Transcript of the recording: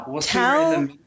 tell